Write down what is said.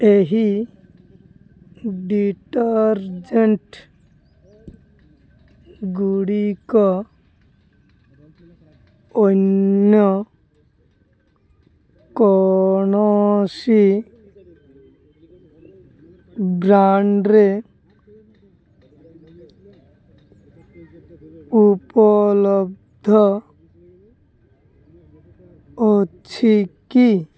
ଏହି ଡିଟର୍ଜେଣ୍ଟ୍ଗୁଡ଼ିକ ଅନ୍ୟ କୌଣସି ବ୍ରାଣ୍ଡ୍ରେ ଉପଲବ୍ଧ ଅଛି କି